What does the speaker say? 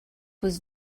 was